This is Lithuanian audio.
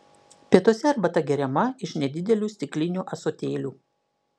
pietuose arbata geriama iš nedidelių stiklinių ąsotėlių